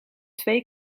twee